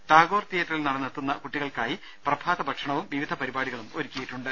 ടാഗോർ തിയേറ്ററിൽ നടന്നെത്തുന്ന കുട്ടികൾക്കായി പ്രഭാത ഭക്ഷണവും വിവിധ പരിപാടികളും ഒരുക്കിയിട്ടുണ്ട്